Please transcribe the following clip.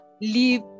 leave